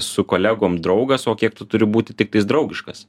su kolegom draugas o kiek tu turi būti tiktais draugiškas